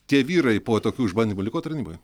tie vyrai po tokių išbandymų liko tarnyboj